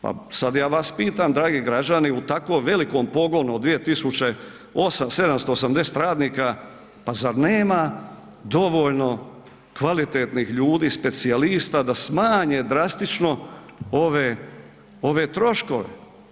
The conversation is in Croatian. Pa sada ja vas pitam dragi građani u tako velikom pogonu od 2.780 radnika pa zar nema dovoljno kvalitetnih ljudi, specijalista da smanje drastično ove troškove?